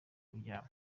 kuryama